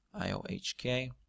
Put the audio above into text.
iohk